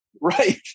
Right